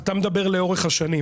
אז אתה מדבר לאורך השנים,